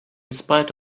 spite